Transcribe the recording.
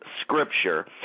scripture